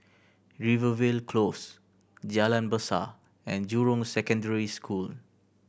Rivervale Close Jalan Besar and Jurong Secondary School